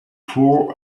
poor